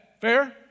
fair